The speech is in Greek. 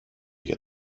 για